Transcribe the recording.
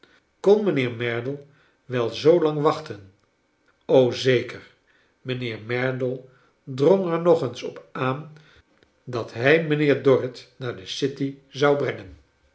mijnheer merdle wel zoolang wachten zeker mijnheer merdle drong j er nog eens op aan dat hij mynheer dorrit naar de city zou brengen